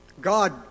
God